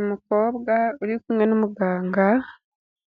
Umukobwa uri kumwe n'umuganga